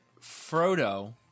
Frodo